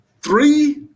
three